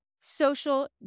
social